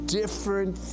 different